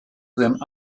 them